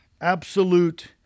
absolute